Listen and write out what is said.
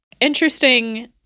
interesting